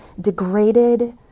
degraded